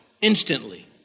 Instantly